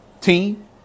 team